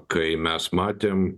kai mes matėm